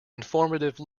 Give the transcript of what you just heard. informative